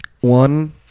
One